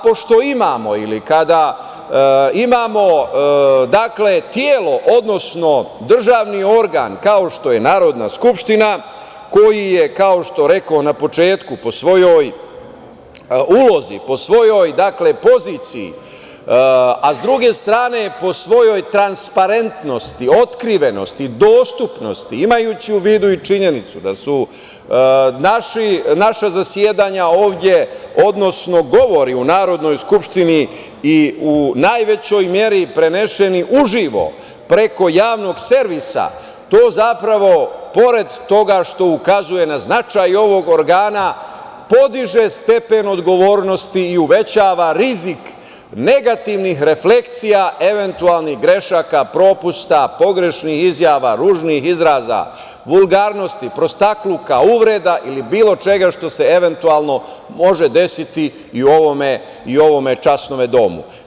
Pošto imamo ili kada imamo telo, odnosno državni organ kao što je Narodna skupština, koji je, kao što rekoh na početku, po svojoj ulozi, po svojoj poziciji, a sa druge strane po svojoj transparentnosti, otkrivenosti, dostupnosti, imajući u vidu i činjenicu da su naša zasedanja ovde, odnosno govori u Narodnoj skupštini u najvećoj meri prenošeni uživo preko Javnog servisa to zapravo, pored toga što ukazuje na značaj ovog organa, podiže stepen odgovornosti i uvećava rizik negativnih reflekcija, eventualnih grešaka, propusta, pogrešnih izjava, ružnih izraza, vulgarnosti, prostakluka, uvreda i bilo čega što se eventualno može desiti i u ovom časnom domu.